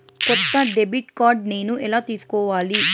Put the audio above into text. కొత్త debit card నేను ఎలా తీసుకోవాలి?